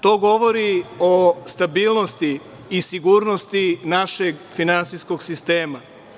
To govori o stabilnosti i sigurnosti našeg finansijskog sistema.